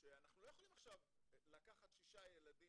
שאנחנו לא יכולים עכשיו לקחת שישה ילדים